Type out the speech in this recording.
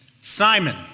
Simon